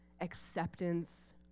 acceptance